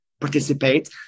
participate